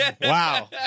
Wow